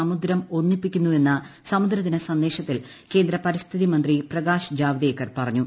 സമുദ്രം ഒന്നിപ്പിക്കുന്നുവെന്ന് സമുദ്ര ദിന സന്ദേശത്തിൽ കേന്ദ്ര പരിസ്ഥിതി മന്ത്രി പ്രകാശ് ജാവ്ദേക്കർ പറഞ്ഞു